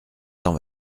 cent